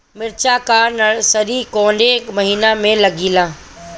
मिरचा का नर्सरी कौने महीना में लागिला?